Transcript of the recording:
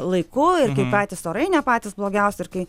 laiku ir kai patys orai ne patys blogiausi ir kai